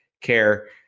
care